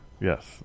Yes